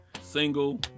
single